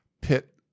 pit